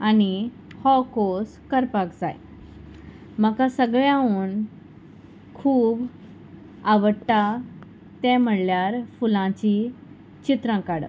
आनी हो कोर्स करपाक जाय म्हाका सगळ्यांवून खूब आवडटा तें म्हणल्यार फुलांची चित्रां काडप